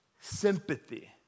sympathy